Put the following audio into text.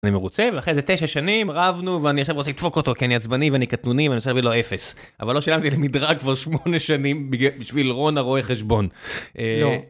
אני מרוצה ואחרי זה 9 שנים רבנו ואני עכשיו רוצה לדפוק אותו כי אני עצבני ואני קטנוני ואני רוצה להביא לו 0 אבל לא שילמתי למדרג כבר 8 שנים בשביל רון הרואה חשבון.